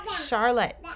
Charlotte